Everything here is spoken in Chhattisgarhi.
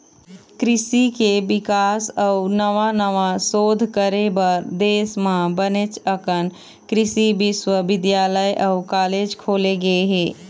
कृषि के बिकास अउ नवा नवा सोध करे बर देश म बनेच अकन कृषि बिस्वबिद्यालय अउ कॉलेज खोले गे हे